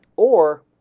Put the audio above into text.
or